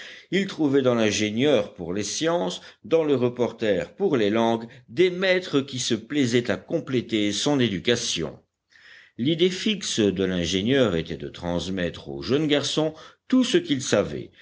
il trouvait dans l'ingénieur pour les sciences dans le reporter pour les langues des maîtres qui se plaisaient à compléter son éducation l'idée fixe de l'ingénieur était de transmettre au jeune garçon tout ce qu'il savait